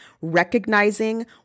recognizing